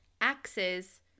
axes